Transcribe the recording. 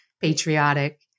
patriotic